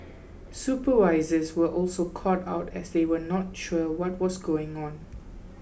supervisors were also caught out as they were not sure what was going on